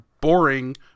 boring